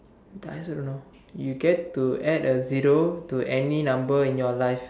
I also don't know you get to add a zero to any number in your life